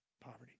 poverty